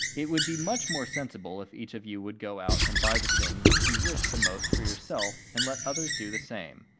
it would be much more sensible if each of you would go out and buy the thing which you wish the most for yourself and let others do the same.